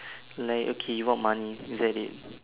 like okay you want money is that it